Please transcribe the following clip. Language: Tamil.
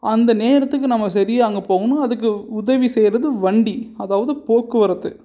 அந்த நேரத்துக்கு நம்ம சரியாக அங்கே போகணும் அதுக்கு உதவி செய்கிறது வண்டி அதாவது போக்குவரத்து